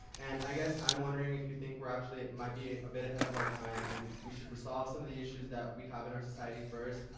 and i guess i'm wondering if you think we're actually might be a bit ahead of our time and you should resolve some of the issues that we have in our society first?